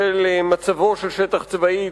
בשל מצבו של שטח צבאי,